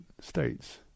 states